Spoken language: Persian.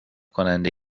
کننده